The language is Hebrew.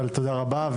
אבל תודה רבה,